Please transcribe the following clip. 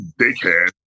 dickhead